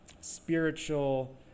spiritual